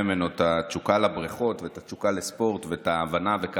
ממנו את התשוקה לבריכות ולספורט ואת ההבנה.